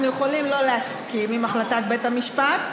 אנחנו יכולים לא להסכים עם החלטת בית המשפט,